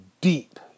deep